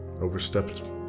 overstepped